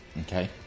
Okay